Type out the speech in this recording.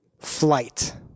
Flight